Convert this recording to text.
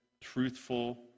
truthful